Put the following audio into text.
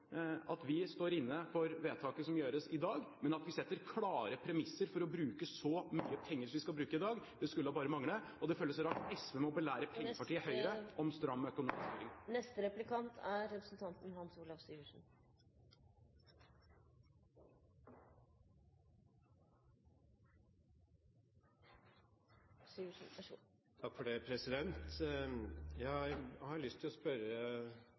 at vi står inne for vedtaket som gjøres i dag, men vi setter klare premisser for å bruke så mye som vi skal bruke i dag, det skulle bare mangle, og det føles rart at SV må belære pengepartiet Høyre om stram økonomiføring. Jeg synes representanten har ganske gode vurderinger i sine innlegg, og når man tenker på SVs opprinnelse som et parti som ble stiftet i stor grad på bakgrunn av å